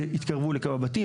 התקרבו לכמה בתים,